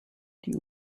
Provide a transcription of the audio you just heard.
die